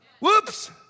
Whoops